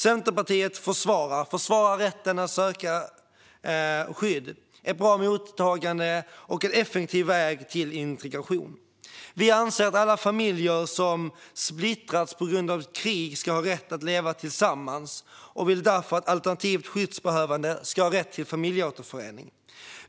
Centerpartiet försvarar rätten att söka skydd, ett bra mottagande och en effektiv väg till integration. Vi anser att alla familjer som splittrats på grund av krig ska ha rätt att leva tillsammans och vill därför att alternativt skyddsbehövande ska ha rätt till familjeåterförening.